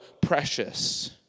precious